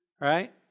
Right